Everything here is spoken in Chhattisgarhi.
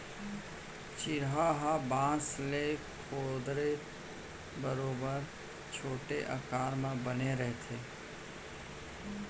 चरिहा ह बांस ले खोदरा बरोबर छोटे आकार म बने रथे